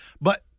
But-